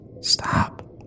Stop